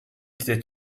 était